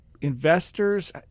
investors